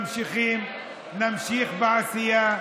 ממשיכים ונמשיך בעשייה,